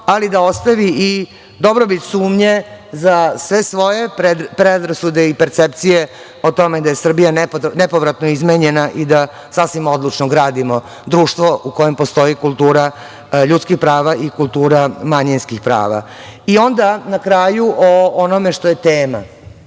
ali da ostavi i dobrobit sumnje za sve svoje predrasude i percepcije o tome da je Srbija nepovratno izmenjena i da sasvim odlučno gradimo društvo u kojem postoji kultura ljudskih prava i kultura manjinskih prava. Na kraju o onome što je tema